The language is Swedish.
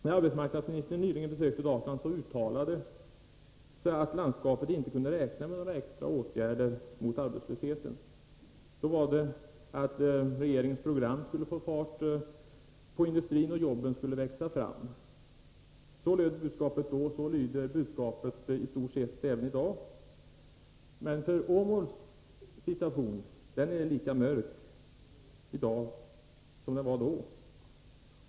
När arbetsmarknadsministern nyligen besökte Dalsland uttalade hon att landskapet inte kunde räkna med extra åtgärder mot arbetslösheten. Regeringens program skulle få fart på industrin, och jobben skulle växa fram. Så löd budskapet då, och så lyder budskapet i stort sett även i dag. För Åmål är situationen lika mörk i dag som den var då.